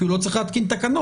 אפילו לא צריך להתקין תקנות.